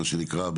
מה שנקרא,